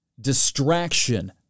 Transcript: distraction